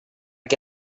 que